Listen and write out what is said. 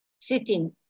sitting